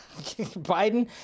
Biden